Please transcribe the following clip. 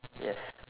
yes